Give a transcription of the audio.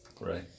Right